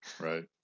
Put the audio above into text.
Right